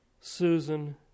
Susan